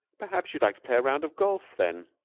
perhaps you'd like to play a round of golf, then?